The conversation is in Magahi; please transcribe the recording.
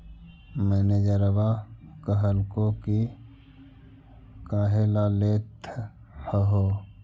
मैनेजरवा कहलको कि काहेला लेथ हहो?